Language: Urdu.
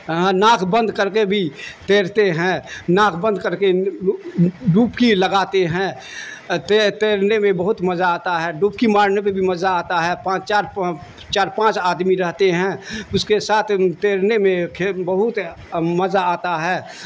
ناک بند کر کے بھی تیرتے ہیں ناک بند کر کے ڈبکی لگاتے ہیں تیرنے میں بہت مزہ آتا ہے ڈبکی مارنے میں بھی مزہ آتا ہے پانچ چار چار پانچ آدمی رہتے ہیں اس کے ساتھ تیرنے میں بہت مزہ آتا ہے